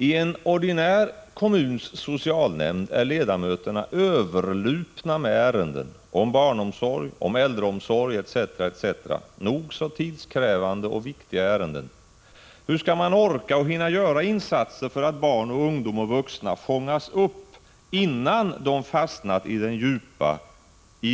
I en ordinär kommuns socialnämnd är ledamöterna överlupna med ärenden — om barnomsorg, om äldreomsorg etc., etc., nog så tidskrävande och viktiga ärenden. Hur skall man orka och hinna göra insatser för att barn, ungdom och vuxna fångas upp innan de fastnat i